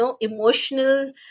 emotional